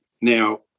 Now